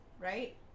right